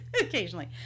Occasionally